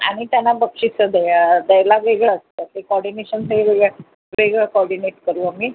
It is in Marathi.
आम्ही त्यांना बक्षिसं दे द्यायला वेगळं असतं ते कॉर्डीनेशन हे वेगळं वेगळं कॉर्डीनेट करू आम्ही